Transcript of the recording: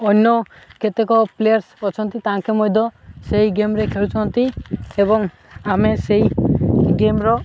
ଅନ୍ୟ କେତେକ ପ୍ଲେୟର୍ସ ଅଛନ୍ତି ତାଙ୍କେ ମଧ୍ୟ ସେଇ ଗେମ୍ରେ ଖେଳୁଛନ୍ତି ଏବଂ ଆମେ ସେଇ ଗେମ୍ର